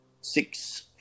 Six